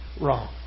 wrong